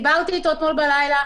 דיברתי איתו אתמול בלילה.